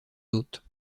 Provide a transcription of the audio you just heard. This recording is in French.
hôtes